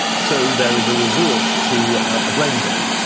so there is a resort to a blame game.